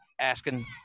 asking